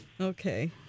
Okay